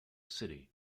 city